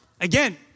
Again